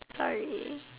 sorry